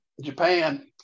Japan